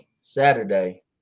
Saturday